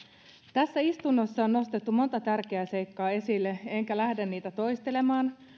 tässä istunnossa on nostettu monta tärkeää seikkaa esille enkä lähde niitä toistelemaan